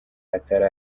atari